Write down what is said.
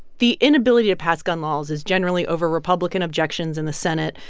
the inability to pass gun laws is generally over republican objections in the senate,